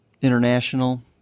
international